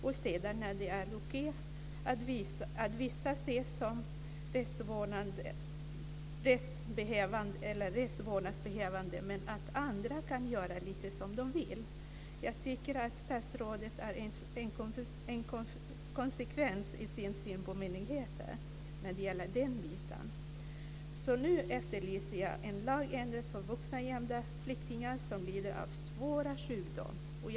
Och sedan är det är okej att vissa ses som vårdbehövande medan andra kan göra lite som de vill. Jag tycker att statsrådet är inkonsekvent i sin syn på myndigheter när det gäller detta. Nu efterlyser jag en lagändring för vuxna gömda flyktingar som lider av svåra sjukdomar.